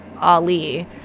ali